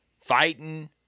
fighting